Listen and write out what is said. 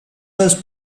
was